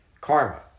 karma